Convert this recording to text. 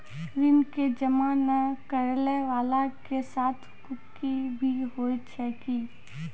ऋण के जमा नै करैय वाला के साथ कुर्की भी होय छै कि?